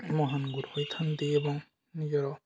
ମହାନ ଗୁରୁ ହୋଇଥାନ୍ତି ଏବଂ ନିଜର